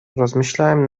rozmyślałem